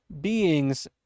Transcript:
beings